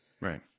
Right